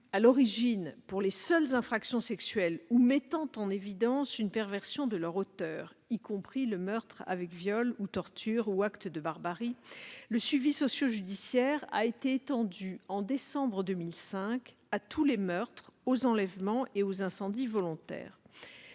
à l'origine pour les seules infractions sexuelles ou pour les infractions mettant en évidence la perversion de leur auteur, y compris le meurtre avec viol, torture ou acte de barbarie, le suivi socio-judiciaire a été étendu en décembre 2005 à tous les meurtres, aux enlèvements et aux incendies volontaires.